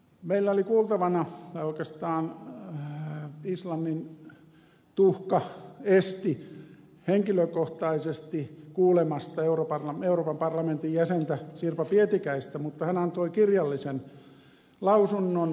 meillä oli kuultavana tai oikeastaan islannin tuhka esti henkilökohtaisesti kuulemasta euroopan parlamentin jäsentä sirpa pietikäistä mutta hän antoi kirjallisen lausunnon talousvaliokunnalle